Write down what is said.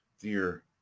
dear